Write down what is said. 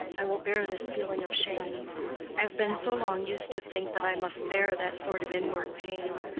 i will bear this feeling of shame. i have been so long used to think that i must bear that sort of inward pain.